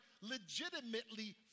legitimately